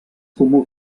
comú